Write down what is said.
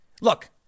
Look